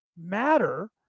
matter